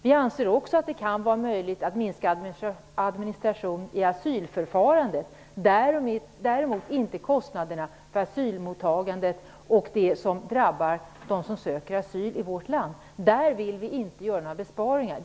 Vi anser också att det kan vara möjligt att minska administrationen i asylförfarandet, däremot inte kostnaderna för asylmottagandet och det som drabbar dem som söker asyl i vårt land. Där vill vi inte göra några besparingar.